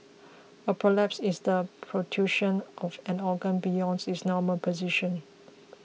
a prolapse is the protrusion of an organ beyond its normal position